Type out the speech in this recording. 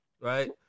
right